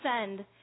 send